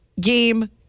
game